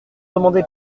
demandé